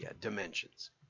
dimensions